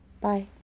bye